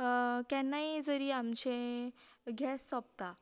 केन्नाय जरी आमचे गॅस सोंपता